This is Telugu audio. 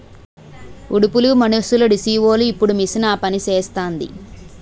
ఉడుపులు మనుసులుడీసీవోలు ఇప్పుడు మిషన్ ఆపనిసేస్తాంది